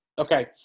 Okay